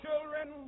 children